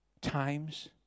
times